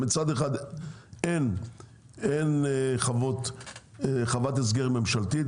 מצד אחד אין חוות הסגר ממשלתית,